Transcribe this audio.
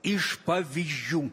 iš pavyzdžių